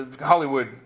Hollywood